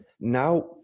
Now